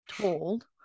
told